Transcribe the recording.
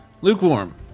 Lukewarm